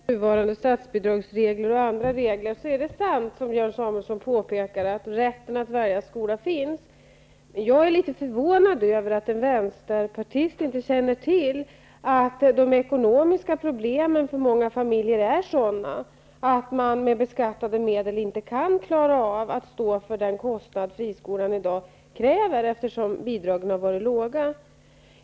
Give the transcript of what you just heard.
Herr talman! När det gäller nuvarande statsbidragsregler och andra regler är det sant som Björn Samuelson påpekar att man har rätt att välja skola. Jag är litet förvånad över att en vänsterpartist inte känner till att de ekonomiska problemen för många familjer är sådana att man med beskattade medel inte klarar av att stå för den kostnad som friskolorna kräver, eftersom bidragen har varit låga.